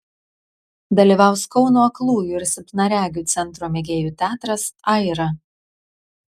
dalyvaus kauno aklųjų ir silpnaregių centro mėgėjų teatras aira